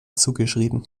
zugeschrieben